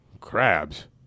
Crabs